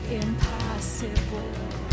impossible